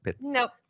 Nope